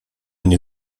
nie